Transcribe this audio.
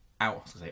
out